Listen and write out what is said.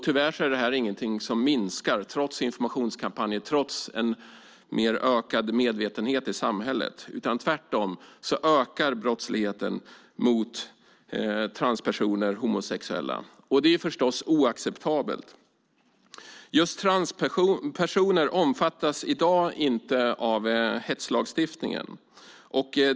Tyvärr är det här ingenting som minskar, trots informationskampanjer och en ökad medvetenhet i samhället. Tvärtom ökar brottsligheten mot transpersoner och homosexuella. Det är förstås oacceptabelt. Just transpersoner omfattas i dag inte av hetslagstiftningen.